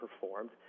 performed